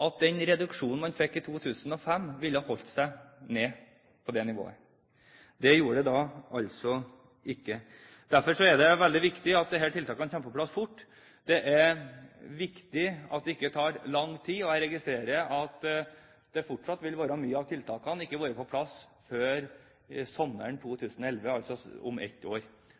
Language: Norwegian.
at den reduksjonen man fikk i 2005, ville holdt nivået nede. Det gjorde det ikke. Derfor er det veldig viktig at disse tiltakene kommer på plass fort. Det er viktig at det ikke tar lang tid. Jeg registrerer at fortsatt vil mange av tiltakene ikke være på plass før sommeren 2011, altså om et år.